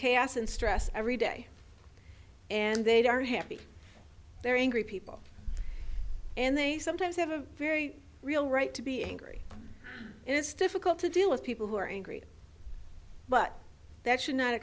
chaos and stress every day and they are happy they're angry people and they sometimes have a very real right to be angry it is difficult to deal with people who are angry but that should not